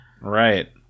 Right